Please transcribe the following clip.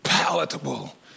palatable